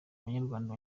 banyarwanda